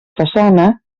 façana